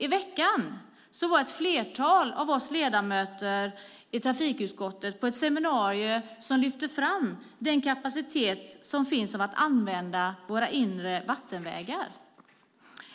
I veckan var ett flertal av oss ledamöter i trafikutskottet på ett seminarium som lyfte fram den kapacitet som finns för att använda våra inre vattenvägar.